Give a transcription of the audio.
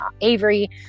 Avery